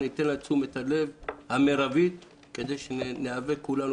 ניתן לו את תשומת הלב המרבית כדי שנטפל כולנו